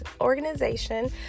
organization